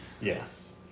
Yes